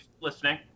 listening